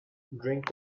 drink